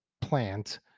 plant